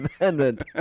Amendment